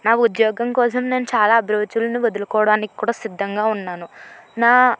నా ఉద్యోగం కోసం నేను చాలా అభిరుచులను వదులుకోవడానికి కూడా సిద్ధంగా ఉన్నాను నా